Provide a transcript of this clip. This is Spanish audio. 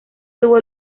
tuvo